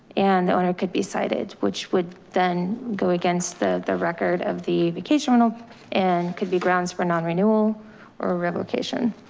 and the owner could be cited, which would then go against the the record of the vacation rental and could be grounds for non-renewal or revocation.